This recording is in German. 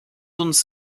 uns